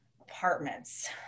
Apartments